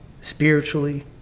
spiritually